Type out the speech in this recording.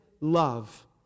love